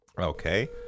Okay